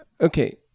Okay